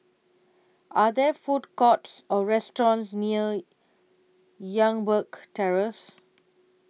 Are There Food Courts Or restaurants near Youngberg Terrace